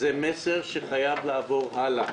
זה מסר שחייב לעבור הלאה,